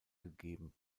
gegeben